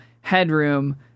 headroom